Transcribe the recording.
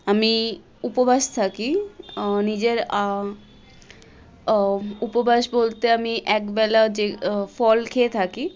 আমি উপবাস থাকি নিজের উপবাস বলতে আমি একবেলা যে ফল খেয়ে থাকি